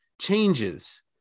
changes